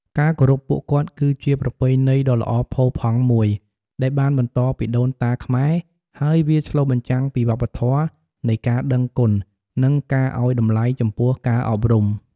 ការគោរពពួកគាត់ គឺជាប្រពៃណីដ៏ល្អផូរផង់មួយដែលបានបន្តពីដូនតាខ្មែរ ហើយវាឆ្លុះបញ្ចាំងពីវប្បធម៌នៃការដឹងគុណ និងការឱ្យតម្លៃចំពោះការអប់រំ។